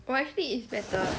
oh actually it's better